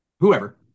Whoever